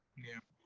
yeah.